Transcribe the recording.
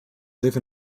live